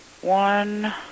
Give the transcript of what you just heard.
one